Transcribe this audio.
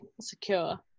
secure